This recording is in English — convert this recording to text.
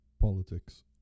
Politics